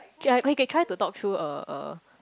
actually I I can try to talk through a a